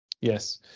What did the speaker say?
Yes